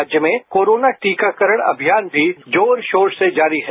राज्य में कोरोना टीकाकरण अभियान भी जोर शोर से जारी है